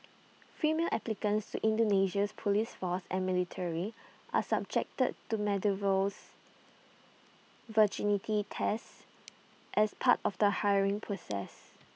female applicants to Indonesia's Police force and military are subjected to medievals virginity tests as part of the hiring process